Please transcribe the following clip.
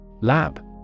Lab